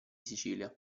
sicilia